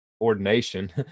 ordination